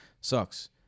sucks